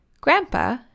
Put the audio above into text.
Grandpa